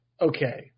okay